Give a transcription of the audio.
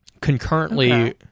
Concurrently